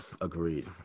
Agreed